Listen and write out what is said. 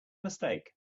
mistake